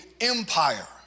empire